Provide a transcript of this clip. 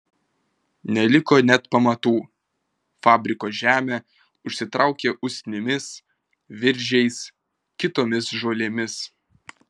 neliko net pamatų fabriko žemė užsitraukė usnimis viržiais kitomis žolėmis